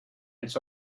its